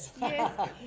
Yes